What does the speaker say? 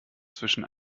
zwischen